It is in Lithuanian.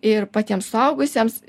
ir patiems suaugusiems